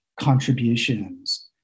contributions